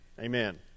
amen